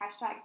hashtag